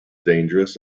dangerous